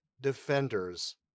defenders